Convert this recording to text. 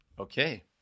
okay